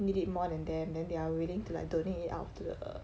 need it more than them then they are willing to like donate it out to the